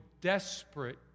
desperate